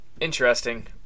interesting